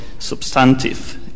substantive